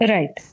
Right